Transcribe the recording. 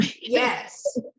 Yes